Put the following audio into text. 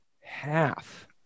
Half